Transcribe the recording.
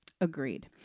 Agreed